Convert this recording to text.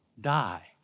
die